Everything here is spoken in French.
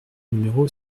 numéro